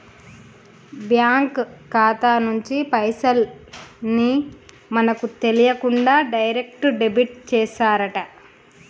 bank ఖాతా నుంచి పైసల్ ని మనకు తెలియకుండా డైరెక్ట్ డెబిట్ చేశారట